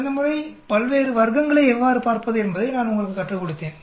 கடந்த முறைபல்வேறு வர்க்கங்களை எவ்வாறு பார்ப்பது என்பதை நான் உங்களுக்குக் கற்றுக் கொடுத்தேன்